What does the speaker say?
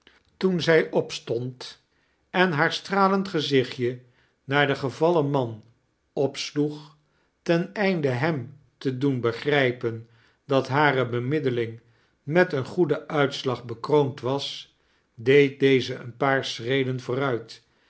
toen zij opstond en haar stralend gezichtje naar den gevallen man opsloeg ten einde hem te doen begrijpen dat hare bemiddeling met een goeden uitslag bekroond was deed deze een paar schreden vooruit